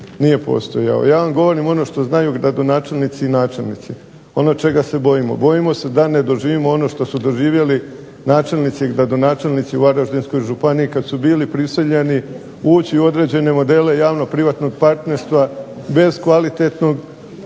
nije postojao. Ja vam govorim ono što znaju gradonačelnici i načelnici, ono čega se bojimo. Bojimo se da ne doživimo ono što su doživjeli načelnici i gradonačelnici Varaždinske županije kada su bili prisiljeni ući u određene modele javno privatnog partnerstva bez kvalitetne